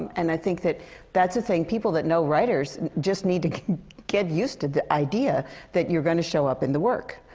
and i think that that's a thing, people that know writers just need to get used to the idea that you're gonna show up in the work.